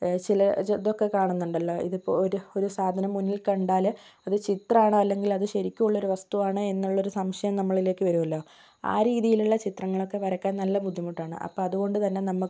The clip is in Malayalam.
ചില ചിലതൊക്കെ കാണുന്നുണ്ടല്ലോ ഇത് ഇപ്പോൾ ഒരു ഒരു സാധനം മുന്നിൽ കണ്ടാല് അത് ചിത്രം ആണോ അല്ലങ്കിൽ അത് ശെരിക്കും ഉള്ള ഒരു വസ്തുവാണോ എന്നുള്ള ഒരു സംശയം നമ്മളിലേക്ക് വരുമല്ലോ ആ രീതിയിലുള്ള ചിത്രങ്ങളൊക്കെ വരയ്ക്കാൻ നല്ല ബുദ്ധിമുട്ടാണ് അപ്പം അതുകൊണ്ട് തന്നെ നമുക്ക്